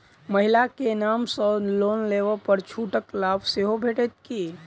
महिला केँ नाम सँ लोन लेबऽ पर छुटक लाभ सेहो भेटत की?